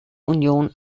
union